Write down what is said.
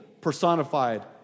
personified